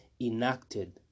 enacted